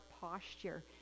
posture